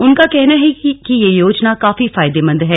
उनका कहना है कि यह योजना काफी फायदेमंद है